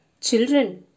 children